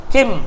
Kim